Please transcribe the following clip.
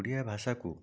ଓଡ଼ିଆ ଭାଷାକୁ